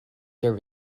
ter